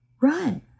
run